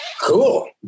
Cool